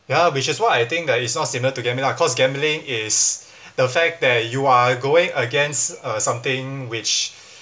ya which is why I think that is not similar to gambling lah cause gambling is the fact that you are going against uh something which